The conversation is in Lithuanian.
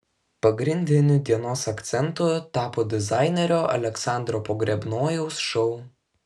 pagrindiniu dienos akcentu tapo dizainerio aleksandro pogrebnojaus šou